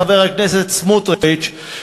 חבר הכנסת סמוטריץ,